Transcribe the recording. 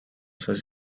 such